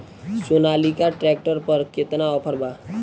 Sonalika tractor पर केतना offer बा?